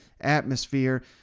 atmosphere